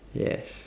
yes